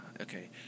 okay